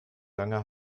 lange